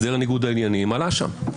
הסדר ניגוד העניינים עלה שם.